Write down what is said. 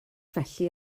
felly